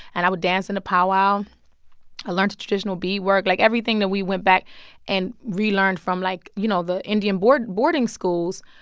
and i would dance in a powwow i learned the traditional beadwork like, everything that we went back and relearned from, like, you know, the indian boarding boarding schools.